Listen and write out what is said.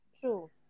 True